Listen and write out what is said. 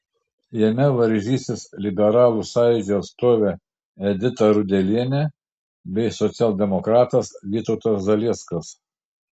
jame varžysis liberalų sąjūdžio atstovė edita rudelienė bei socialdemokratas vytautas zalieckas